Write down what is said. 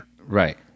right